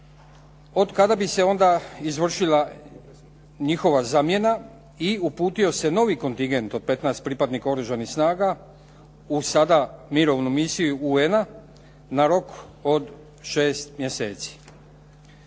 od kada bi se onda izvršila njihova zamjena i uputio se novi kontingent od 15 pripadnika Oružanih snaga u sada Mirovnu misiju UN-a na rok od 6 mjeseci.